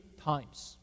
times